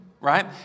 right